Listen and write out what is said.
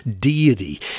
deity